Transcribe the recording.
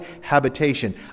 habitation